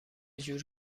جور